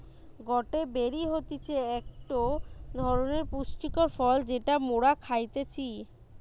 গটে বেরি হতিছে একটো ধরণের পুষ্টিকর ফল যেটা মোরা খাইতেছি